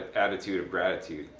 attitude of gratitude.